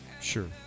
Sure